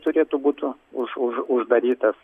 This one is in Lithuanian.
turėtų būtų už už uždarytas